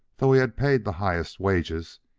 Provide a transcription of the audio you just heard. though he had paid the highest wages,